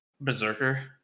Berserker